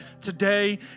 today